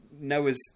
Noah's